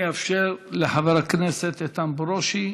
אני אאפשר לחבר הכנסת איתן ברושי